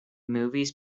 movies